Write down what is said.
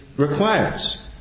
Requires